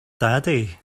daddy